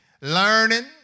learning